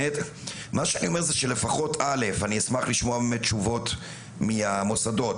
זה שאני אשמח לשמוע תשובות מהמוסדות.